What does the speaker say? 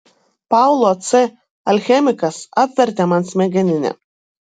paulo c alchemikas apvertė man smegeninę